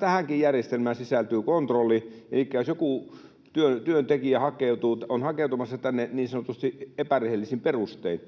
tähänkin järjestelmään sisältyy kontrolli. Elikkä jos joku työntekijä on hakeutumassa tänne niin sanotusti epärehellisin perustein,